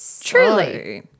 Truly